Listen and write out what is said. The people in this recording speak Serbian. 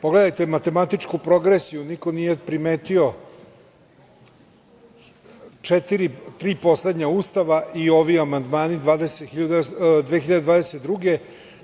Pogledajte matematičku progresiju, niko nije primetio tri poslednja Ustava i ovi amandmani 2022. godine.